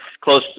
close